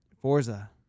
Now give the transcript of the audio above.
Forza